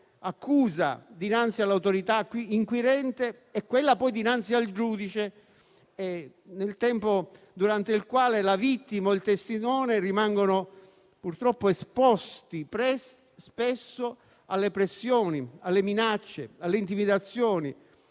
accusa dinanzi all'autorità inquirente e quella dinanzi al giudice. Un tempo durante il quale la vittima e il testimone rimangono, purtroppo, spesso esposti alle pressioni, alle minacce, alle intimidazioni